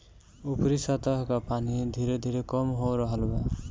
ऊपरी सतह कअ पानी धीरे धीरे कम हो रहल बा